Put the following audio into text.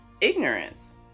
ignorance